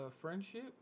friendship